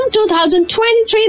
2023